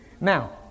Now